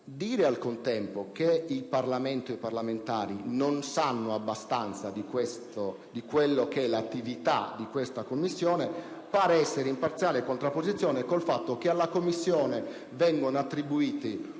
Dire poi che il Parlamento e i parlamentari non sanno abbastanza dell'attività della commissione pare essere in parziale contrapposizione con il fatto che alla commissione vengono attribuiti